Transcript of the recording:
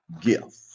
gift